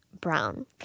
brown